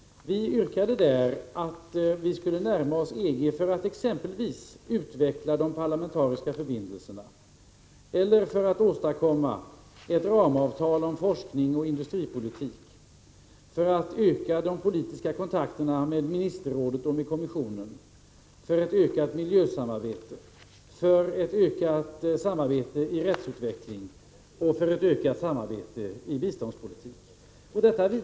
Där yrkades att vi skulle närma oss EG exempelvis för att utveckla de parlamentariska förbindelserna, för att åstadkomma ett ramavtal om forskning och industripolitik, för att öka de politiska kontakterna med Ministerrådet och med Kommissionen, för att öka miljösamarbetet, för att öka samarbetet i fråga om rättsutveckling och för att öka samarbetet inom biståndspolitiken.